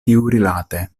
tiurilate